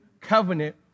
covenant